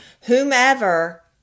whomever